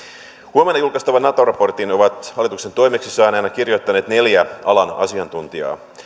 huomenna julkaistavan nato raportin ovat hallitukselta toimeksi saaneina kirjoittaneet neljä alan asiantuntijaa